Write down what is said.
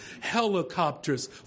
helicopters